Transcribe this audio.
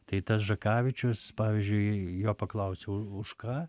tai tas žakavičius pavyzdžiui jo paklausė už ką